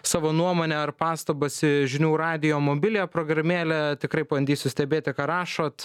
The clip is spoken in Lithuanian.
savo nuomonę ar pastabas į žinių radijo mobiliąją programėlę tikrai bandysiu stebėti ką rašot